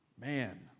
Man